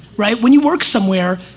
right? when you work somewhere,